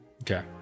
Okay